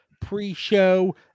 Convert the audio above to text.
pre-show